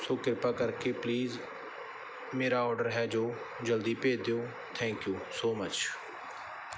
ਸੋ ਕਿਰਪਾ ਕਰਕੇ ਪਲੀਜ਼ ਮੇਰਾ ਓਡਰ ਹੈ ਜੋ ਜਲਦੀ ਭੇਜ ਦਿਓ ਥੈਂਕ ਊ ਸੋ ਮਚ